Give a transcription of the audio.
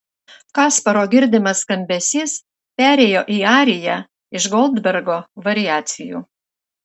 kasparo girdimas skambesys perėjo į ariją iš goldbergo variacijų